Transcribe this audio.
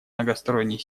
многосторонней